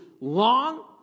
long